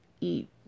eat